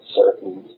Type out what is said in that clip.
certain